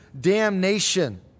damnation